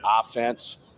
offense